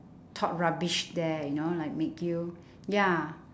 talk rubbish there you know like make you ya